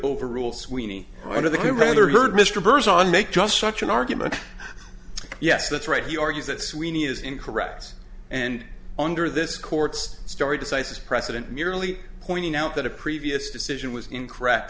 overrule sweeny under the rather heard mr burns on make just such an argument yes that's right he argues that sweeney is incorrect and under this court's story decisis precedent merely pointing out that a previous decision was incorrect